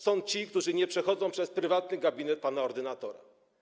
Są ci, którzy nie przechodzą przez prywatny gabinet pana ordynatora.